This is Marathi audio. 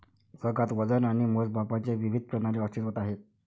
जगात वजन आणि मोजमापांच्या विविध प्रणाली अस्तित्त्वात आहेत